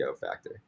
factor